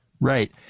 Right